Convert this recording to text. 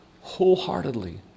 wholeheartedly